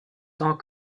tant